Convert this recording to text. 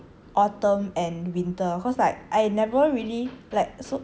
autumn and winter cause like I never really like so